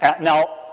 Now